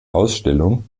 ausstellung